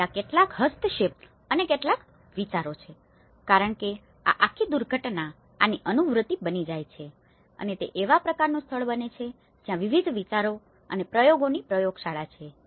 તેથી આ કેટલાક હસ્તક્ષેપો અને કેટલાક વિચારો છે કારણ કે આ આખી દુર્ઘટના આની અનુવર્તી બની જાય છે અને તે એવા પ્રકારનું સ્થળ બની જાય છે જ્યાં વિવિધ વિચારો અને પ્રયોગોની પ્રયોગશાળા છે